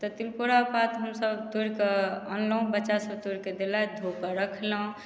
तऽ तिलकोरा पात हमसब तोड़िकऽ अनलहुँ बच्चासब तोड़िकऽ देलथि धोकऽ रखलहुँ